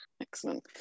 Excellent